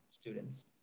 students